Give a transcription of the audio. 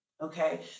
okay